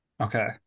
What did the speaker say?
Okay